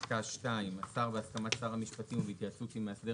פסקה (2): "השר בהסכמת שר המשפטים ובהתייעצות עם מאסדר